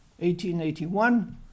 1881